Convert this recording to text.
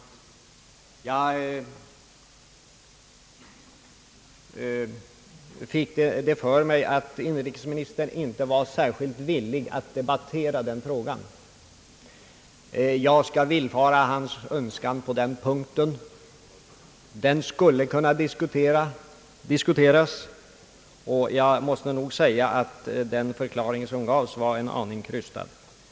Jag fick för mig att inrikesministern inte var särskilt villig att debattera den frågan. Jag skall villfara hans önskan på den punkten. Den skulle kunna diskuteras. Jag måste säga att den förklaring som gavs var en aning krystad.